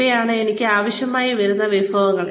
ഇവയാണ് എനിക്ക് ആവശ്യമായി വരുന്ന വിഭവങ്ങൾ